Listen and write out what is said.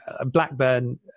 Blackburn